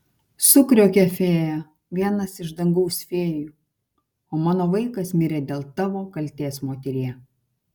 sukriokė fėja vienas iš dangaus fėjų o mano vaikas mirė dėl tavo kaltės moterie